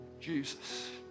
Jesus